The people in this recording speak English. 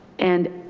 and.